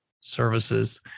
services